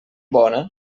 bona